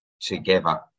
together